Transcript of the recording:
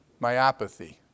myopathy